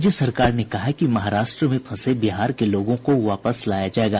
राज्य सरकार ने कहा है कि महाराष्ट्र में फंसे बिहार के लोगों को वापस लाया जायेगा